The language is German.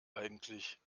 eigentlich